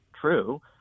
true